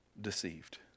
deceived